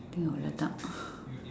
I think what to talk